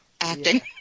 acting